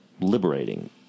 liberating